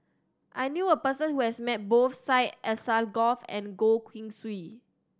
I knew a person who has met both Syed Alsagoff and Goh Keng Swee